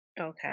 okay